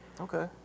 Okay